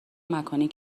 مکانی